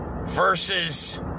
versus